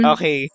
Okay